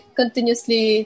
continuously